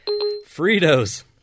Fritos